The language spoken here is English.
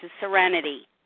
Serenity